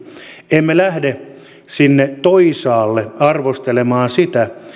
emme lähde sinne toisaalle arvostelemaan sitä